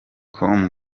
com